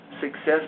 success